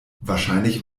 wahrscheinlich